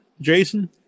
Jason